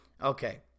okay